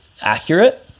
accurate